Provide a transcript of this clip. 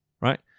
right